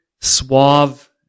suave